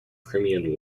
crimean